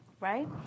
right